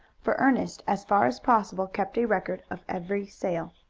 for ernest as far as possible kept a record of every sale.